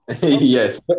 Yes